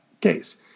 case